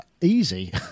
easy